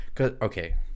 okay